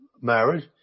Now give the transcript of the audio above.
marriage